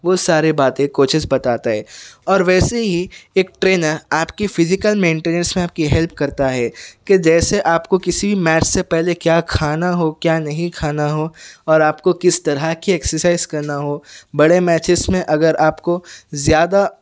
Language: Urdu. وہ سارے باتیں کوچیز بتاتا ہے اور ویسے ہی ایک ٹرینر آپ کی فیزیکل مینٹِنینس میں آپ کی ہیلپ کرتا ہے کہ جیسے آپ کو کسی میچ سے پہلے کیا کھانا ہو کیا نہیں کھانا ہو اور آپ کو کس طرح کی ایکساسائز کرنا ہو بڑے میچیز میں اگر آپ کو زیادہ